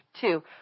two